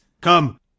Come